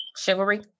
Chivalry